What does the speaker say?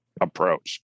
approach